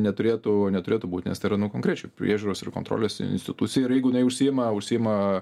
neturėtų neturėtų būt nes tai yra nu konkrečiai priežiūros ir kontrolės institucija ir jeigu jinai užsiima užsiima